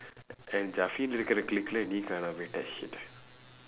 and jafin இருக்குற:irukkura clique-lae நீ காணாம போயிட்டே:nii kaanaama pooyitdee shit